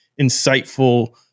insightful